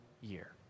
year